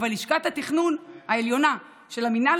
אבל לשכת התכנון העליונה של המינהל